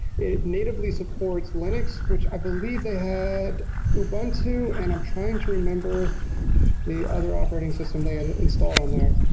it natively supports linux which i believe they had ubuntu and i'm trying to remember the other operating system they installed on there.